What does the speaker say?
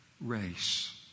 race